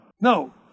no